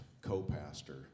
co-pastor